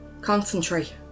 concentrate